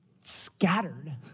scattered